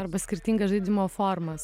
arba skirtingas žaidimo formas